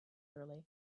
early